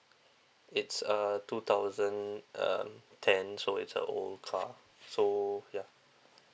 it's a two thousand um ten so it's a old car so ya